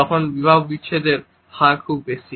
তখন বিবাহবিচ্ছেদের হার খুব বেশি